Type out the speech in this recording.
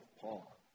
Paul